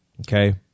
Okay